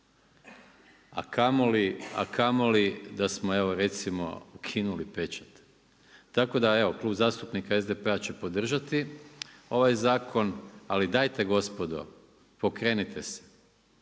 a kamoli da smo evo, recimo ukinuli pečat. Tako da evo Klub zastupnika SDP-a će podržati ovaj zakon ali dajte gospodo, pokrenite se.